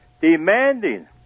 demanding